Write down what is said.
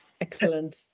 Excellent